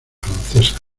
francesa